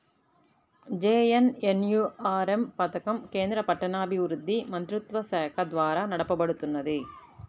JNNURM పథకం కేంద్ర పట్టణాభివృద్ధి మంత్రిత్వశాఖ ద్వారా నడపబడుతున్నది